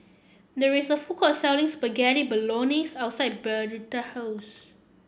there is a food court selling Spaghetti Bolognese outside house